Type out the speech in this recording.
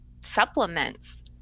supplements